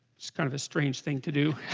it's kind of a strange thing to do